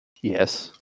Yes